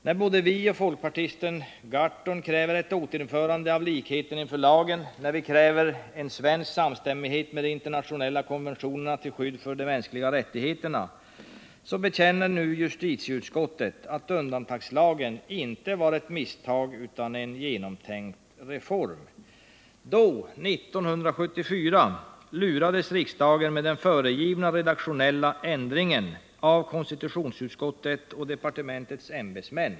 När både vi och folkpartisten Gahrton kräver ett återinförande av likheten inför lagen och när vi kräver en svensk samstämmighet med de internationella konventionerna till skydd för de mänskliga rättigheterna, så bekänner nu justitieutskottet att lagen inte var ett misstag utan en genomtänkt reform. Då, 1974, lurades riksdagen med den föregivna ”redaktionella ändringen” av konstitutionsutskottet och departementets ämbetsmän.